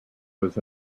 was